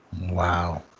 wow